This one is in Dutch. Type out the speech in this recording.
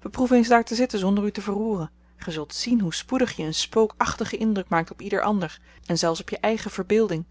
beproef eens daar te zitten zonder u te verroeren ge zult zien hoe spoedig je een spook achtigen indruk maakt op ieder ander en zelfs op je eigen verbeelding